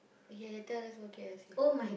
okay later let's go K_F_C